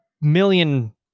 million